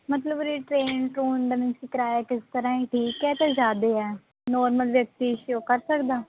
ਮਤਲਬ ਉਰੇ ਟ੍ਰੇਨ ਟਰੁਨ ਦਾ ਮੀਨਜ਼ ਕਿ ਕਿਰਾਇਆ ਕਿਸ ਤਰ੍ਹਾਂ ਏ ਠੀਕ ਹੈ ਕਿ ਜ਼ਿਆਦੇ ਹੈ ਨੋਰਮਲ ਵਿਅਕਤੀ ਕਰ ਸਕਦਾ